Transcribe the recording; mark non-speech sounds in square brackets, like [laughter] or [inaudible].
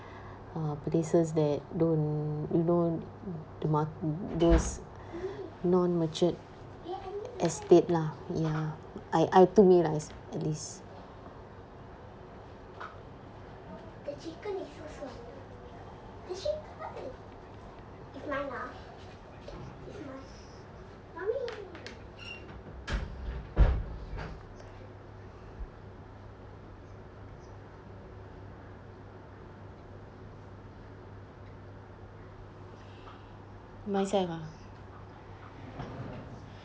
err places that don't you don't the mar~ those [breath] non-matured estate lah ya I I to me lah is at least myself ah